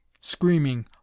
screaming